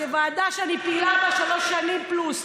זו ועדה שאני פעילה בה שלוש שנים פלוס.